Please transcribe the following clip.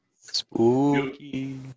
Spooky